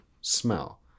smell